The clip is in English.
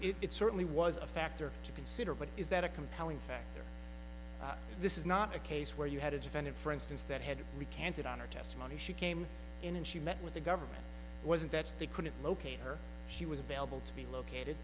certainly was a factor to consider but is that a compelling factor this is not a case where you had a defendant for instance that had recanted on her testimony she came in and she met with the government wasn't that they couldn't locate her she was available to be located